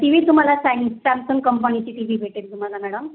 T V तुम्हाला सँग Samsung कंपनीची टी वी भेटेल तुम्हाला मॅडम